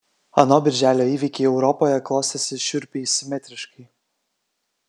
ano birželio įvykiai europoje klostėsi šiurpiai simetriškai